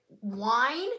wine